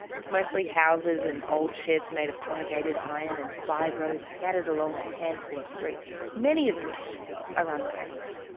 it's mostly houses and old sheds made of corrugated iron and fibro scattered along a handful of streets many of which are unpaved.